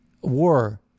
war